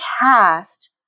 cast